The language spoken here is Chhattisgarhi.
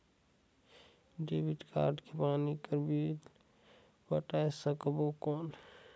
डेबिट कारड ले पानी कर बिल पटाय सकबो कौन?